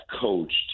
coached